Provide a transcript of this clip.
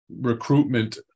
recruitment